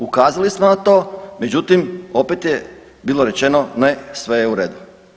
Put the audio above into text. Ukazali smo na to međutim opet je bilo rečeno, ne, sve je u redu.